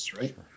right